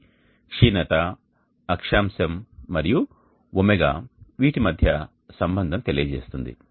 ఇది క్షీణత అక్షాంశం మరియు ఒమేగా వీటి మధ్య సంబంధం తెలియజేస్తుంది